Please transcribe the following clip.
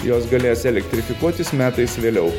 jos galės elektrifikuotis metais vėliau